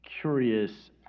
curious